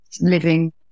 living